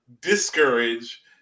discourage